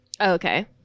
Okay